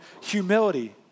humility